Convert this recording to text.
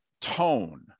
tone